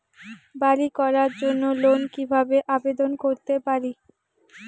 বাড়ি করার জন্য লোন কিভাবে আবেদন করতে পারি?